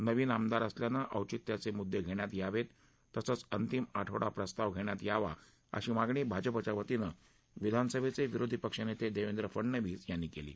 नवीन आमदार असल्यानं औचित्याचे मुद्दे घेण्यात यावेत तसंच अंतिम आठवडा प्रस्ताव घेण्यात यावा अशी मागणी भाजपाच्या वतीनं विधानसभेचे विरोधी पक्षनेते देवेंद्र फडणवीस यांनी केली आहे